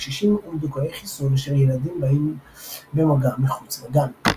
קשישים ומדוכאי חיסון אשר ילדים באים במגע מחוץ לגן.